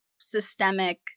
systemic